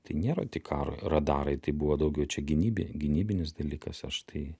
tai nėra tik karo radarai tai buvo daugiau čia gynybi gynybinis dalykas aš tai